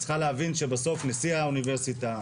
זה שצריך להבין שבסוף נשיא האוניברסיטה,